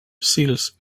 sils